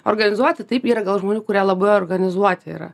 organizuoti taip yra gal žmonių kurie labai organizuoti yra